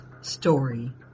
story